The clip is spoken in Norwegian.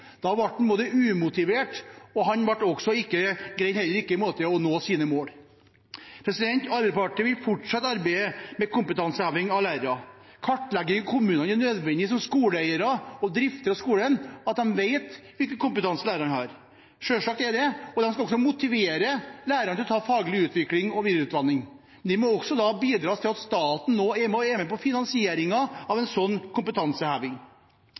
da ble han både umotivert og greide heller ikke å nå sine mål. Arbeiderpartiet vil fortsatt arbeide med kompetanseheving av lærere. Å kartlegge kommunene som skoleeiere og driftere av skolen er nødvendig, slik at de vet hvilken kompetanse læreren har. Selvsagt er det det, og de skal også motivere lærerne til å ta faglig utvikling og videreutdanning. Det må også bidra til at staten er med på finansieringen av en slik kompetanseheving.